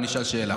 בוא נשאל שאלה.